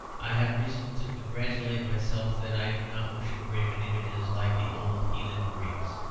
i have reason to congratulate myself that i do not worship graven images like the old heathen greeks.